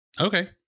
Okay